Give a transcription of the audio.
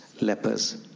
lepers